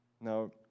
Now